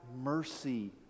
mercy